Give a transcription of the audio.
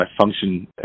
function